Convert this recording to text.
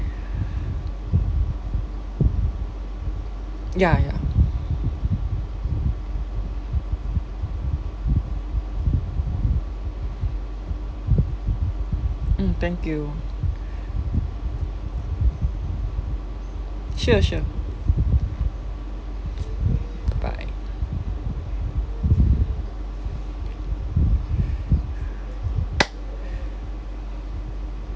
ya ya mm thank you sure sure bye bye